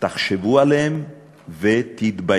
תחשבו עליהם ותתביישו.